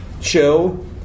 show